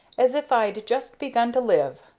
as if i'd just begun to live!